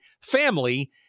family